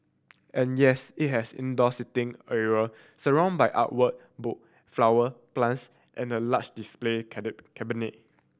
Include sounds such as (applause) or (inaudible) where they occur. and yes it has indoor seating area surrounded by art work book flower plants and a large display (unintelligible) cabinet